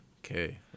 Okay